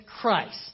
Christ